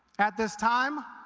at this time,